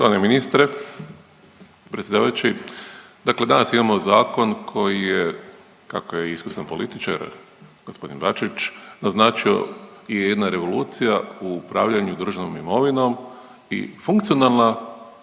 Poštovani ministre, predsjedavajući. Dakle danas imamo zakon koji je kako je iskusan političar gospodin Bačić naznačio i jedna revolucija u upravljanju državnom imovinom i funkcionalna